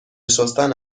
شستن